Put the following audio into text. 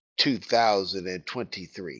2023